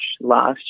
last